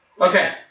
Okay